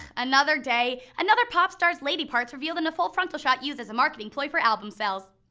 another day, another pop star's lady parts revealed in a full frontal shot used as a marketing ploy for album sales.